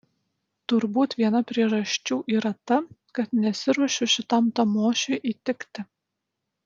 turbūt viena priežasčių yra ta kad nesiruošiu šitam tamošiui įtikti